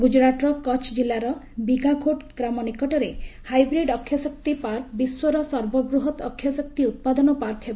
ଗୁଜରାଟର କଚ୍ଛ ଜିଲ୍ଲାର ବିଘାକୋଟ୍ ଗ୍ରାମ ନିକଟରେ ହାଇବ୍ରିଡ୍ ଅକ୍ଷୟ ଶକ୍ତି ପାର୍କ ବିଶ୍ୱର ସର୍ବବୃହତ୍ ଅକ୍ଷୟ ଶକ୍ତି ଉତ୍ପାଦନ ପାର୍କ ହେବ